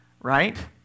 Right